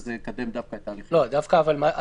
זה דווקא יקדם את ההליכים.